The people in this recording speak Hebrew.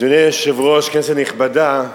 אדוני היושב-ראש, כנסת נכבדה,